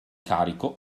carico